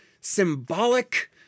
symbolic